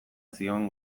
zion